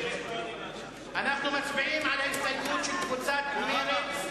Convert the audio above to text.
אנחנו מצביעים על ההסתייגות של קבוצת מרצ,